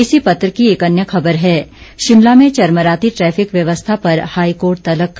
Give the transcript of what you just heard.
इसी पत्र की एक अन्य खबर है शिमला में चरमराती ट्रैफिक व्यवस्था पर हाईकोर्ट तल्ख